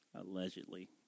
Allegedly